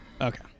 Okay